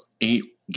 eight